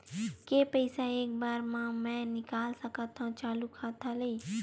के पईसा एक बार मा मैं निकाल सकथव चालू खाता ले?